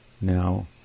Now